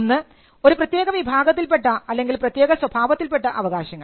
ഒന്ന് ഒരു പ്രത്യേക വിഭാഗത്തിൽപ്പെട്ട അല്ലെങ്കിൽ പ്രത്യേക സ്വഭാവത്തിൽപ്പെട്ട അവകാശങ്ങൾ